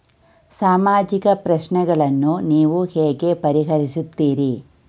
ಸಾಮಾಜಿಕ ಪ್ರಶ್ನೆಗಳನ್ನು ನೀವು ಹೇಗೆ ಪರಿಹರಿಸುತ್ತೀರಿ?